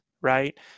right